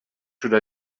should